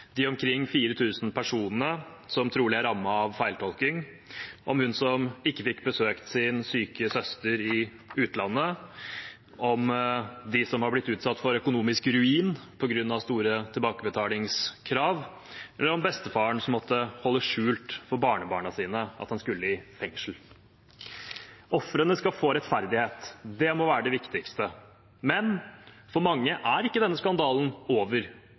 de omkring 4 000 personene som trolig er rammet av feiltolkning, hun som ikke fikk besøkt sin syke søster i utlandet, de som har blitt utsatt for økonomisk ruin på grunn av store tilbakebetalingskrav, eller bestefaren som måtte holde skjult for barnebarna sine at han skulle i fengsel. Ofrene skal få rettferdighet. Det må være det viktigste. Men for mange er ikke denne skandalen over.